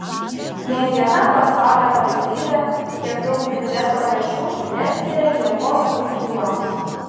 nė viena pasaulio valstybė tiek daug biudžeto lėšų neskiria jėgos struktūroms